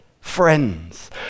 friends